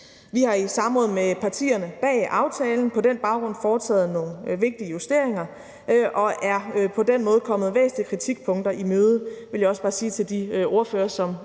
Vi har i samråd med partierne bag aftalen på den baggrund foretaget nogle vigtige justeringer, og vi er på den måde kommet væsentlige kritikpunkter i møde, vil jeg også bare sige til de ordførere, som